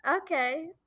Okay